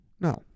no